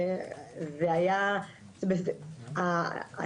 טוב, זה לא מה שהחוק אומר.